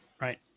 Right